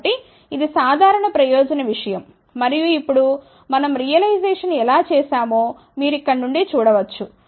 కాబట్టి ఇది సాధారణ ప్రయోజన విషయం మరియు ఇప్పుడు మనం రియలైజేషన్ ఎలా చేసామో మీరు ఇక్కడ నుండి చూడ వచ్చు